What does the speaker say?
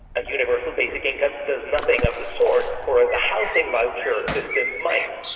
a universal basic income does nothing of the sort, whereas a housing voucher system might.